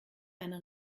eine